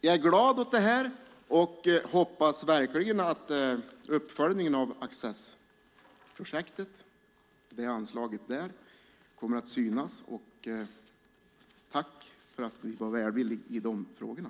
Jag är glad åt detta och hoppas att uppföljningen av Accessprojektet kommer att synas. Tack för att ni var välvilliga i de frågorna.